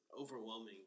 overwhelming